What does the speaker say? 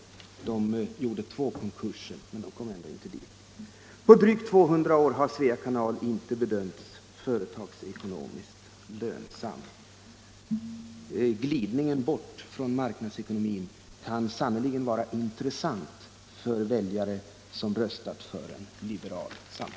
Man gjorde två konkurser men kom ändå inte dit. På drygt 200 år har Svea kanal inte bedömts företagsekonomiskt lönsam. Glidningen bort från marknadsekonomin kan sannerligen vara intressant för väljare som röstat för en liberal samhällssyn. Fru talman!